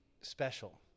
special